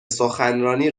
سخنرانی